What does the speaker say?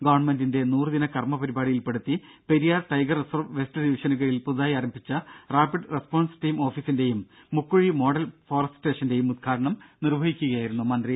ഗവൺമെന്റിന്റെ നൂറുദിന കർമ്മ പരിപാടിയിൽ ഉൾപ്പെടുത്തി പെരിയാർ ടൈഗർ റിസർവ് വെസ്റ്റ് ഡിവിഷനു കീഴിൽ പുതുതായി ആരംഭിച്ച റാപ്പിഡ് റെസ്പോൺസ് ടീം ഓഫീസിന്റെയും മുക്കുഴി മോഡൽ ഫോറസ്റ്റ് സ്റ്റേഷന്റെയും ഉദ്ഘാടനം നിർവ്വഹിച്ച് സംസാരിക്കുകയായിരുന്നു മന്ത്രി